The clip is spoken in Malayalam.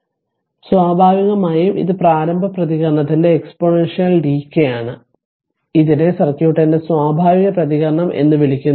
അതിനാൽ സ്വാഭാവികമായും ഇത് പ്രാരംഭ പ്രതികരണത്തിന്റെ എക്സ്പോണൻഷ്യൽ ഡിക്കയാണ് ഇതിനെ സർക്യൂട്ടിന്റെ സ്വാഭാവിക പ്രതികരണം എന്ന് വിളിക്കുന്നു